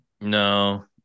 No